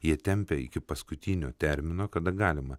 jie tempia iki paskutinio termino kada galima